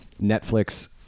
Netflix